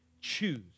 choose